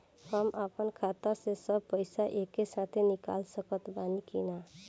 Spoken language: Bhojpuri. हम आपन खाता से सब पैसा एके साथे निकाल सकत बानी की ना?